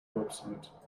website